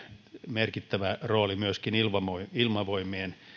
merkittävä rooli myöskin ilmavoimien